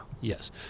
Yes